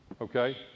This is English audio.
Okay